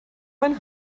mein